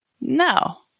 No